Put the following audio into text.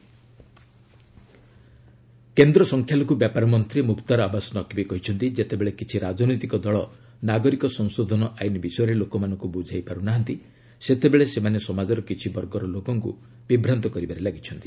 Naqvi CAA କେନ୍ଦ୍ର ସଂଖ୍ୟାଲଘୁ ବ୍ୟାପାର ମନ୍ତ୍ରୀ ମୁକ୍ତାର ଆବାସ୍ ନକ୍ବୀ କହିଛନ୍ତି ଯେତେବେଳେ କିଛି ରାଜନୈତିକ ଦଳ ନାଗରିକ ସଂଶୋଧନ ଆଇନ ବିଷୟରେ ଲୋକମାନଙ୍କୁ ବୁଝାଇ ପାର୍ନାହାନ୍ତି ସେତେବେଳେ ସେମାନେ ସମାଜର କିଛି ବର୍ଗର ଲୋକଙ୍କୁ ବିଭ୍ରାନ୍ତ କରିବାରେ ଲାଗିଛନ୍ତି